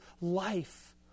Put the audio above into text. life